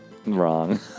Wrong